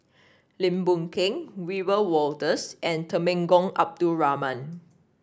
Lim Boon Keng Wiebe Wolters and Temenggong Abdul Rahman